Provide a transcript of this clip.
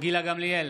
גילה גמליאל,